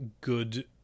good